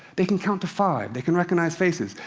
they can count to five. they can recognize faces.